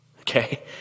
okay